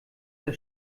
der